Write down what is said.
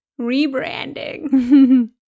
rebranding